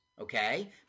Okay